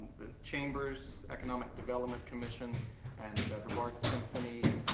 the chamber's economic development commission and brevard symphony,